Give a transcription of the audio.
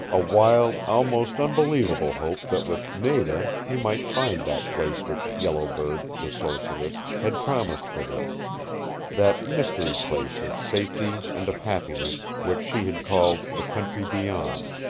a wild, almost unbelievable hope that with nada he might find that place which yellow bird, the sorceress, had promised for them that mystery-place of safety and of happiness which she had called the country beyond,